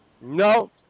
No